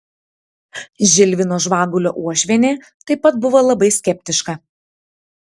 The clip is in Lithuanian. žilvino žvagulio uošvienė taip pat buvo labai skeptiška